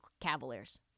Cavaliers